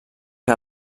que